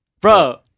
Bro